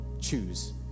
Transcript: choose